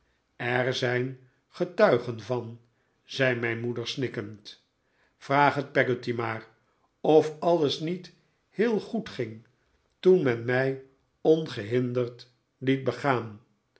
er zijn getuigen van zei mijn moeder snikkend vraag het peggotty maar of alles niet heel goed ging toen men mij ongehinderd liet begaan